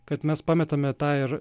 kad mes pametame tą ir